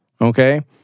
Okay